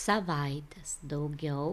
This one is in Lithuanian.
savaites daugiau